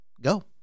go